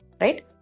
right